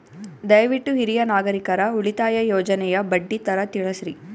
ದಯವಿಟ್ಟು ಹಿರಿಯ ನಾಗರಿಕರ ಉಳಿತಾಯ ಯೋಜನೆಯ ಬಡ್ಡಿ ದರ ತಿಳಸ್ರಿ